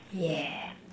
yeah